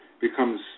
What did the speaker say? becomes